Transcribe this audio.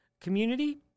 community